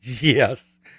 Yes